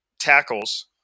tackles